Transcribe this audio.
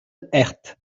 herth